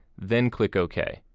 then click ok.